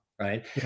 Right